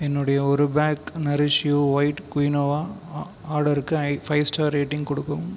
என்னுடைய ஒரு pack Nourish You white quinoa ah ஆர்டருக்கு ஐ ஃபைவ் ஸ்டார் ரேட்டிங் கொடுக்கவும்